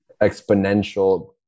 exponential